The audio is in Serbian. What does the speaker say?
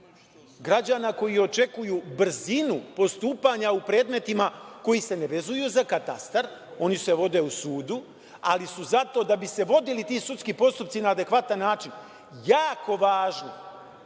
Građana koji očekuju brzinu postupanja u predmetima koji se ne vezuju za katastar, oni se vode u sudu, ali su zato da bi se vodili ti sudski postupci na adekvatan način jako važno